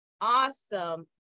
awesome